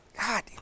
God